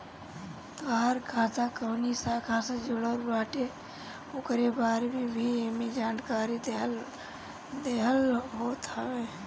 तोहार खाता कवनी शाखा से जुड़ल बाटे उकरे बारे में भी एमे जानकारी देहल होत हवे